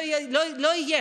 לא יהיה,